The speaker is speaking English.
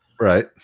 Right